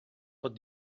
pot